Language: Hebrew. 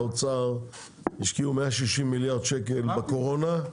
האוצר השקיעו 160 מיליארד שקל בקורונה.